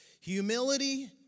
Humility